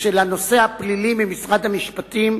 של הנושא הפלילי ממשרד המשפטים: